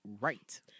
Right